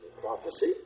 prophecy